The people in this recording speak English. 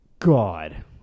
god